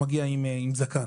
במשל: